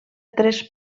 tres